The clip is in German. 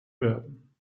werden